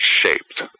shaped